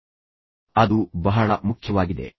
ಆದ್ದರಿಂದ ಅದು ಬಹಳ ಮುಖ್ಯವಾಗಿದೆ